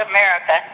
America